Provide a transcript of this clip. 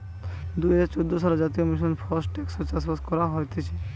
দুই হাজার চোদ্দ সালে জাতীয় মিশন ফর টেকসই চাষবাস শুরু করা হতিছে